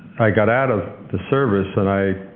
i got out of the service and i